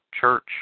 church